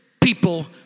people